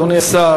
אדוני השר,